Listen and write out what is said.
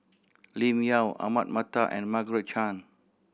Lim Yau Ahmad Mattar and Margaret Chan